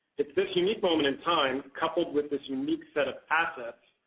it's this unique moment in time coupled with this unique set of assets,